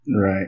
Right